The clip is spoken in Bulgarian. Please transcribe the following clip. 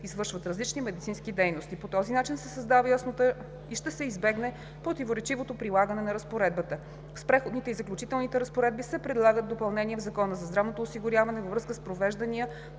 извършват различни медицински дейности. По този начин се създава яснота и ще се избегне противоречиво прилагане на Разпоредбата. С Преходните и заключителни разпоредби се предлагат допълнения в Закона за здравното осигуряване във връзка с провеждания